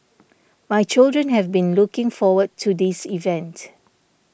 my children have been looking forward to this event